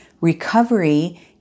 Recovery